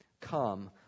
come